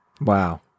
Wow